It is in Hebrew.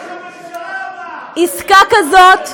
עסקה כזאת,